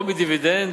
או מדיבידנד,